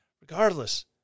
regardless